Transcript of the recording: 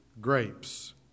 grapes